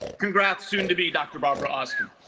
congrats soon-to-be dr. barbara austin